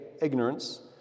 ignorance